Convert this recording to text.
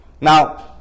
Now